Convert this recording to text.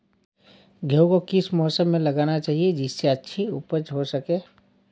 गेहूँ को किस मौसम में लगाना चाहिए जिससे अच्छी उपज हो सके?